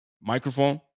Microphone